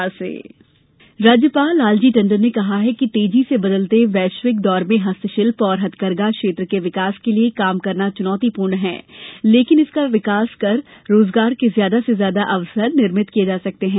पंचायती राज प्रशिक्षण राज्यपाल लालजी टंडन ने कहा है कि तेजी से बदलते वैश्विक दौर में हस्तशिल्प और हथकरघा क्षेत्र के विकास के लिए काम करना चुनौती पूर्ण है लेकिन इसका विकास कर रोजगार के ज्यादा से ज्यादा अवसर निर्मित किये जा सकते हैं